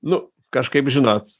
nu kažkaip žinot